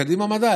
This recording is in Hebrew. "קדימה מדע",